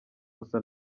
gusa